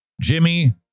Jimmy